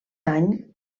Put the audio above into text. any